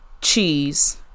cheese